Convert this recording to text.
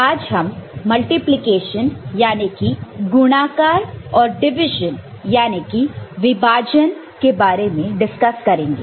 आज हम मल्टीप्लिकेशनयानी कि गुणाकार और डिवीजन यानी कि विभाजन के बारे में डिस्कस करेंगे